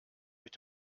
mit